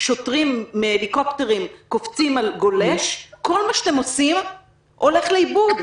שוטרים קופצים על גולש מהליקופטרים כל מה שאתם עושים הולך לאיבוד.